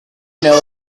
know